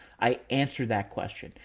i answer that question.